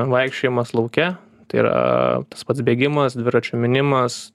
vaikščiojimas lauke tai yra tas pats bėgimas dviračio minimas